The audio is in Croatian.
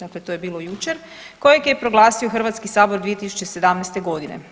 Dakle, to je bilo jučer kojeg je proglasio Hrvatski sabor 2017. godine.